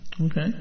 okay